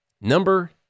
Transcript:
number